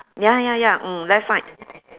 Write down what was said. ya ya ya mm left side